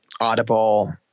Audible